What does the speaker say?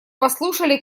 послушали